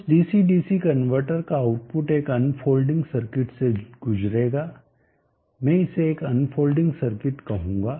उस DC DC converter का output एक अनफोल्डिंग सर्किट से गुजरेगा मैं इसे एक अनफोल्डिंग सर्किट कहूंगा